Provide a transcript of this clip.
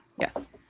Yes